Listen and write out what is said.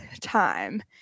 time